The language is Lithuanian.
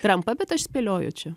trampą bet aš spėlioju čia